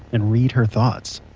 and read her thoughts